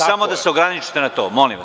Samo da se ograničite na to, molim vas.